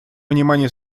внимание